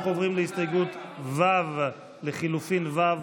אנחנו עוברים להסתייגות לחלופין ו'.